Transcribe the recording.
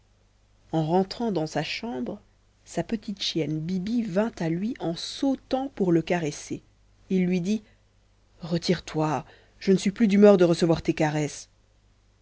en rentrant dans sa chambre sa petite chienne bibi vint à lui en sautant pour le caresser il lui dit retire-toi je ne suis plus d'humeur de recevoir tes caresses